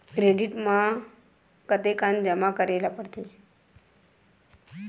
Credit बर कतेकन जमा करे ल पड़थे?